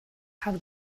have